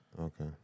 Okay